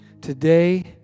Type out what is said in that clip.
Today